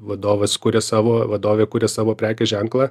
vadovas kuria savo vadovė kuria savo prekės ženklą